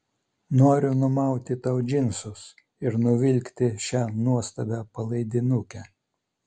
noriu numauti tau džinsus ir nuvilkti šią nuostabią palaidinukę